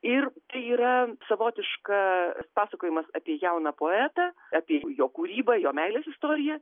ir tai yra savotiška pasakojimas apie jauną poetą apie jo kūrybą jo meilės istoriją